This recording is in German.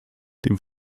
dem